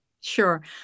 Sure